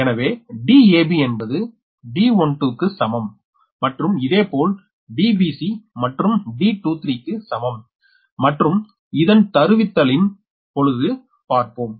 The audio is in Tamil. எனவே Dab என்பது D12 க்கு சமம் மற்றும் இதேபோல் Dbc மற்றும் D23 க்கு சமம் மற்றும் இதன் தருவித்தலின் பொழுது பார்ப்போம்